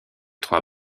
trois